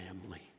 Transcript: family